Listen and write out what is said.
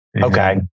okay